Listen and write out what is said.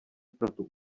proto